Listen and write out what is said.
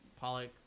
Pollock